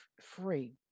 free